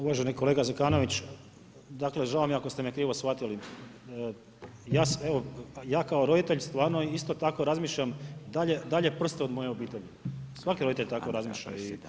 Uvaženi kolega Zekanović, žao mi je ako ste me krivo shvatili, ja kao roditelj stvarno isto tako razmišljam dalje prste od moje obitelji, svaki roditelj tako razmišlja.